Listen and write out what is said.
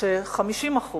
כש-50%